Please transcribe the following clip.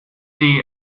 die